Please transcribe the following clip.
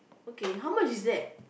okay how much is that